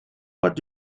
what